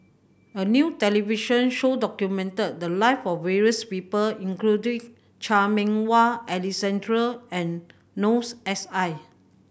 a new television show documented the live of various people including Chan Meng Wah Alexander and Noor S I